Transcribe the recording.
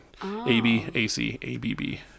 A-B-A-C-A-B-B